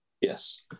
Yes